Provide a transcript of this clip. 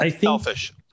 selfish